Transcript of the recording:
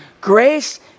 Grace